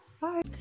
Bye